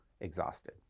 exhausted